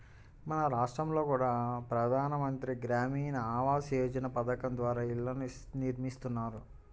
మన రాష్టంలో కూడా ప్రధాన మంత్రి గ్రామీణ ఆవాస్ యోజన పథకం ద్వారా ఇళ్ళను నిర్మిస్తున్నారు